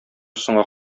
соңга